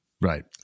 Right